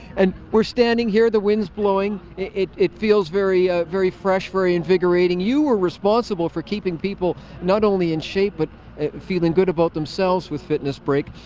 and we're standing here the wind's blowing, it it feels very ah very fresh, very invigorating. you were responsible for keeping people not only in shape, but feeling good about themselves with fitness break.